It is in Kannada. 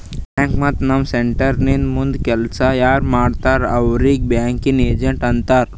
ಬ್ಯಾಂಕ್ ಮತ್ತ ನಮ್ ಸೆಂಟರ್ ನಿಂತು ನಮ್ದು ಕೆಲ್ಸಾ ಯಾರ್ ಮಾಡ್ತಾರ್ ಅವ್ರಿಗ್ ಬ್ಯಾಂಕಿಂಗ್ ಏಜೆಂಟ್ ಅಂತಾರ್